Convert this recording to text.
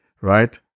right